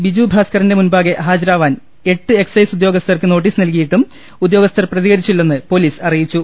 ബിജു ഭാസ്കറിന്റെ മുൻപാകെ ഹാജരാവാൻ എട്ട് എക്സൈസ് ഉദ്യോഗസ്ഥർക്ക് നോട്ടീസ് നൽകിയിട്ടും ഉദ്യോഗസ്ഥർ പ്രതികരിച്ചില്ലെന്ന് പൊലീസ് അറിയിച്ചു